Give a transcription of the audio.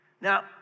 Now